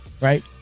Right